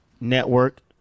network